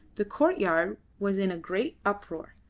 the courtyard was in a great uproar.